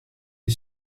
die